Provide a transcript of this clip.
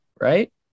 right